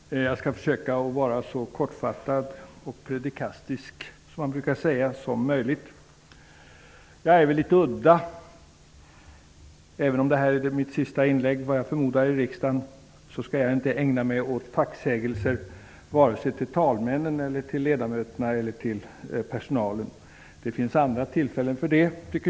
Herr talman! Jag skall försöka vara så kortfattad och ''predikastisk'', som man brukar säga, som möjligt. Jag är väl litet udda. Även om det här är mitt sista inlägg i riksdagen, skall jag inte ägna mig åt tacksägelser vare sig till talmännen, ledamöterna eller till personalen. Det finns andra tillfällen för det.